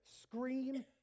scream